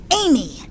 Amy